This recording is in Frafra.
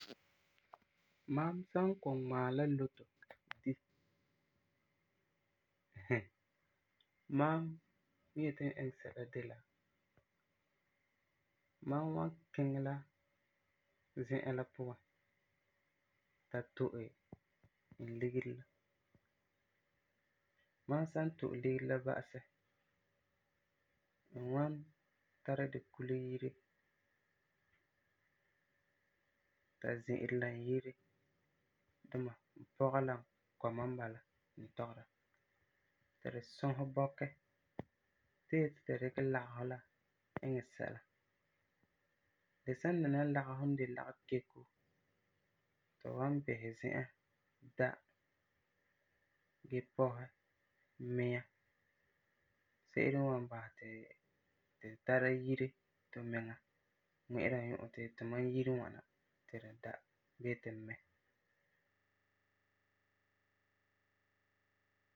Mam san kɔ'ɔm ŋmaɛ la lotto di mam yeti n iŋɛ sɛla de la, mam wan kiŋɛ la zi'an la puan ta to'e n ligeri la. Mam san to'e ligeri la ba'asɛ, n wan tari di kule yire, ta zi'ire la n yire duma, n pɔga la n kɔma, ti tu sɔsɛ bɔkɛ tu yeti tu dikɛ lagefɔ la iŋɛ sɛla. Di san dɛna la lagefɔ n de lage-keko, tu wan bisɛ zi'an da gee pɔsɛ mia, se'ere wan basɛ ti tu tara yire tumiŋa ŋmi'ira nyu'ɔ ti tumam yire ŋwana ti tu da, bii mɛ.